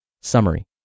Summary